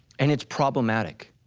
and it's problematic,